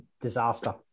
disaster